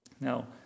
Now